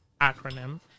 acronym